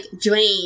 drain